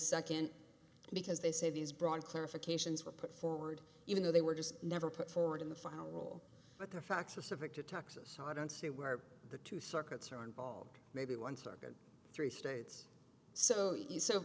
second because they say these broad clarifications were put forward even though they were just never put forward in the final rule but the facts are subject to texas so i don't see where the two circuits are involved maybe one target three states so you so